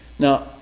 Now